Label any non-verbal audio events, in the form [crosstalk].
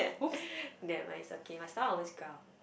[laughs] nevermind it's okay my stomach always growl